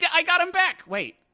yeah i got him back! wait,